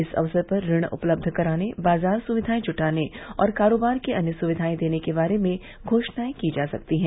इस अक्सर पर ऋण उपलब्ध कराने बाजार सुक्वियाएं ज्टाने और कारोबार की अन्य सुक्वियाएं देने के बारे में घोषणाए की जा सकती हैं